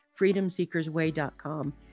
freedomseekersway.com